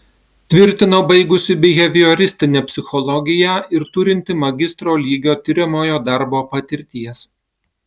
tvirtino baigusi bihevioristinę psichologiją ir turinti magistro lygio tiriamojo darbo patirties